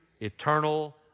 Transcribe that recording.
eternal